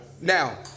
now